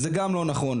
זה גם לא נכון.